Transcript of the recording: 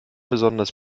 besonders